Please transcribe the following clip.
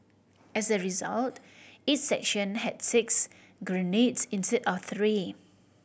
as a result each section had six grenades instead of three